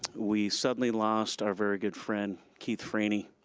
we suddenly lost our very good friend keith frainie.